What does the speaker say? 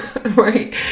right